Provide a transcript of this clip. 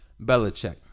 Belichick